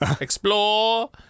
Explore